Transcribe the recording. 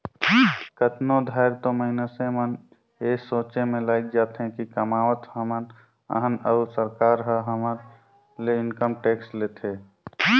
कतनो धाएर तो मइनसे मन ए सोंचे में लइग जाथें कि कमावत हमन अहन अउ सरकार ह हमर ले इनकम टेक्स लेथे